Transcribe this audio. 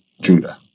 Judah